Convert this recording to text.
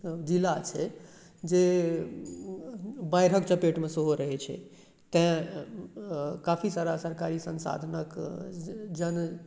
जिला छै जे बाढ़िक चपेट मे सेहो रहै छै तै काफी सारा सरकारी संसाधनक जे जल